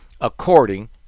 according